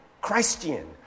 Christian